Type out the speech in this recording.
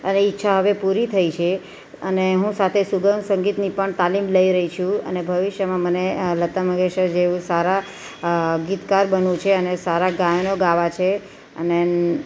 અને ઈચ્છા હવે પૂરી થઈ છે અને હું સાથે સુગમ સંગીતની પણ તાલીમ લઈ રહી છું અને ભવિષ્યમાં મને લતા મંગેશકર જેવું સારાં ગીતકાર બનવું છે અને સારાં ગાયનો ગાવાં છે અને